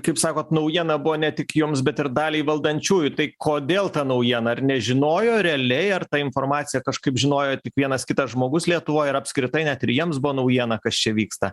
kaip sakot naujiena buvo ne tik jums bet ir daliai valdančiųjų tai kodėl ta naujiena ir nežinojo realiai ar tą informaciją kažkaip žinojo tik vienas žmogus lietuvoj ar apskritai net ir jiems buvo naujiena kad čia vyksta